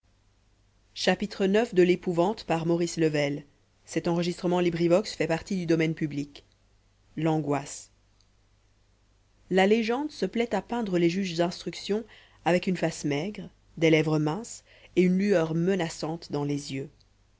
l'angoisse la légende se plaît à peindre les juges d'instruction avec une face maigre des lèvres minces et une lueur menaçante dans les yeux